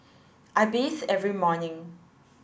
I bathe every morning